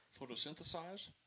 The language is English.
Photosynthesize